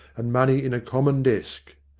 and money in a common desk.